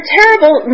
terrible